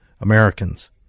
Americans